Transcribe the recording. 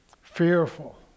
Fearful